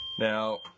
Now